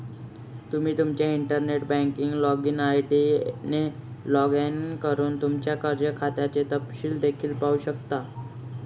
तुम्ही तुमच्या internet banking login ID ने लॉग इन करून तुमच्या कर्ज खात्याचे तपशील देखील पाहू शकता